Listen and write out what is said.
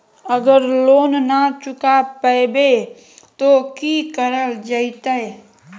अगर लोन न चुका पैबे तो की करल जयते?